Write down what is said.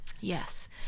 yes